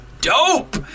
dope